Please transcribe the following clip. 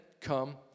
come